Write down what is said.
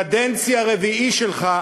קדנציה רביעית שלך,